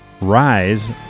Rise